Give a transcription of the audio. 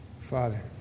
Father